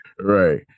Right